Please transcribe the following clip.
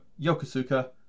Yokosuka